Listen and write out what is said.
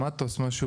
איש עסקים